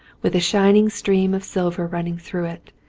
with a shin ing stream of silver running through it,